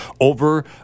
over